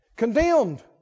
Condemned